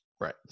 Right